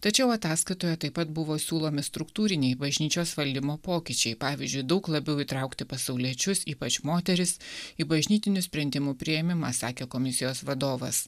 tačiau ataskaitoje taip pat buvo siūlomi struktūriniai bažnyčios valdymo pokyčiai pavyzdžiui daug labiau įtraukti pasauliečius ypač moteris į bažnytinių sprendimų priėmimą sakė komisijos vadovas